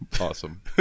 Awesome